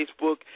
Facebook